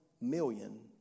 million